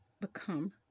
become